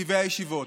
לתקציבי הישיבות.